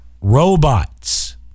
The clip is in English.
robots